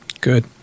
Good